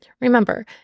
Remember